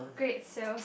great sales